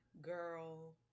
Girl